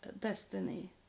destiny